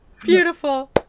Beautiful